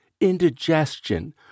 indigestion